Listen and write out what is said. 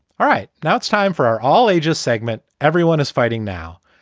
all right. now it's time for our all ages segment. everyone is fighting now.